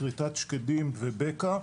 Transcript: כריתת שקדים ובקע.